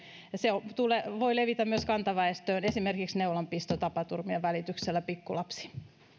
ja se voi levitä myös kantaväestöön esimerkiksi neulanpistotapaturmien välityksellä pikkulapsiin